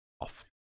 off